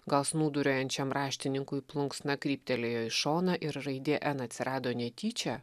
gal snūduriuojančiam raštininkui plunksna kryptelėjo į šoną ir raidė n atsirado netyčia